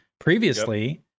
previously